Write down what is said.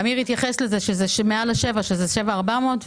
אמיר התייחס לזה, שזה מעל השבעה, שזה 7.4 קילומטר.